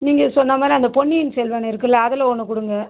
நீங்கள் சொன்னால் மாதிரி அந்த பொன்னியின் செல்வன் இருக்குல்ல அதில் ஒன்று கொடுங்க